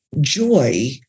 joy